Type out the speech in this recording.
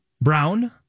Brown